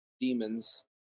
demons